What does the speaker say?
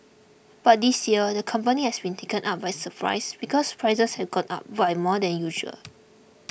but this year the company has been taken out by surprise because prices have gone up by more than usual